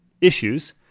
issues